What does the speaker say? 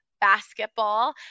basketball